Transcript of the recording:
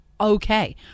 okay